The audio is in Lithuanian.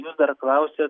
jūs dar klausėt